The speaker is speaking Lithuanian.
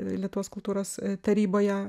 lietuvos kultūros taryboje